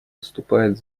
выступает